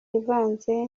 ivanze